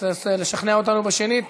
לשכנע אותנו בשנית?